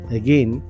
again